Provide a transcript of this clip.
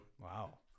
Wow